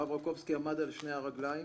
הרב רקובסקי עמד על שני הרגליים